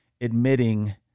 admitting